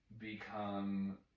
become